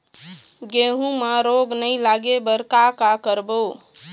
गेहूं म रोग नई लागे बर का का करबो?